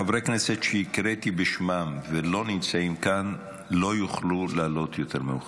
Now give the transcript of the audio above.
חברי הכנסת שקראתי בשמם ולא נמצאים כאן לא יוכלו לעלות יותר מאוחר.